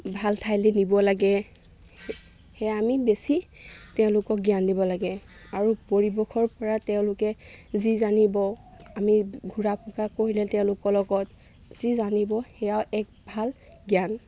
ভাল ঠাইলৈ নিব লাগে সেয়া আমি বেছি তেওঁলোকক জ্ঞান দিব লাগে আৰু পৰিৱেশৰ পৰা তেওঁলোকে যি জানিব আমি ঘূৰা ফুকা কৰিলে তেওঁলোকৰ লগত যি জানিব সেয়াও এক ভাল জ্ঞান